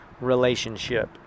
relationship